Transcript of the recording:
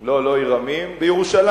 לא, לא "עיר עמים", בירושלים.